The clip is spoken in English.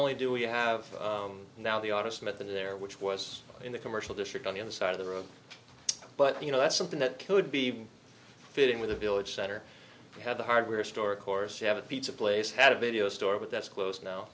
only do we have now the artist method there which was in the commercial district on the other side of the road but you know that's something that could be fitted with a village center we had the hardware store of course you have a pizza place had a video store but that's closed now